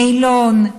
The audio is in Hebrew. אילון,